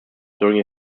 during